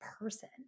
person